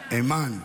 אימאן,